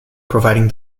providing